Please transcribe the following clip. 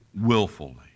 willfully